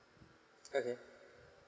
okay